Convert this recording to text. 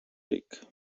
ric